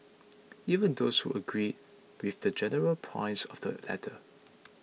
even those who agreed with the general points of the letter